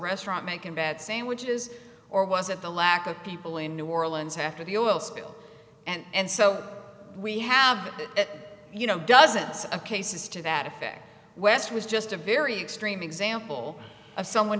restaurant making bad sandwiches or was it the lack of people in new orleans after the oil spill and so we have you know dozens of cases to that effect west was just a very extreme example of someone